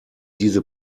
diese